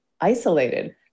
isolated